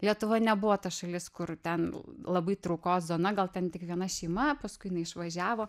lietuva nebuvo ta šalis kur ten labai traukos zona gal ten tik viena šeima paskui jinai išvažiavo